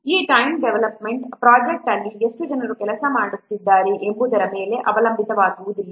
ಈ time development project ಅಲ್ಲಿ ಎಷ್ಟು ಜನರು ಕೆಲಸ ಮಾಡುತ್ತಿದ್ದಾರೆ ಎಂಬುದರ ಮೇಲೆ ಅವಲಂಬಿತವಾಗಿರುವುದಿಲ್ಲ